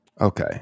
okay